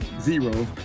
zero